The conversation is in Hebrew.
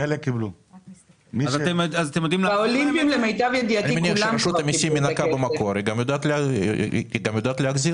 רשות המיסים, היא גם יודעת להחזיר.